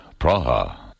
Praha